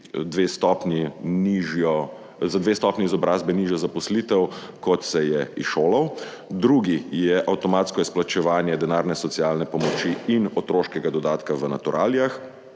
za dve stopnji izobrazbe nižjo zaposlitev, kot se je izšolal. Drugi je avtomatsko izplačevanje denarne socialne pomoči in otroškega dodatka v naturalijah.